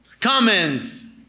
Comments